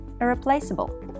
irreplaceable